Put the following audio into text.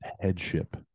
headship